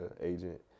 agent